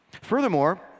Furthermore